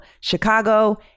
Chicago